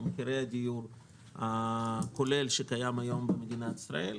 או מחירי הדיור הכולל שקיים היום במדינת ישראל,